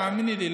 תאמיני לי,